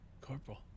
Corporal